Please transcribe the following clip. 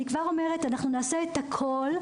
נעשה הכול,